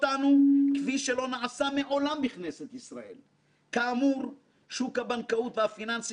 וריכוזי ולכן למעלה משנה לכל אלה שלא הבינו,